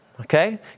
Okay